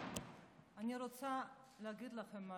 אני רוצה להגיד לכם משהו: